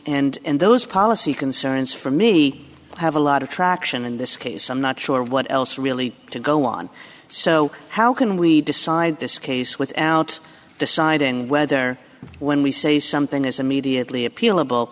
and those policy concerns for me have a lot of traction in this case i'm not sure what else really to go on so how can we decide this case without deciding whether when we say something is immediately appealab